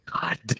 God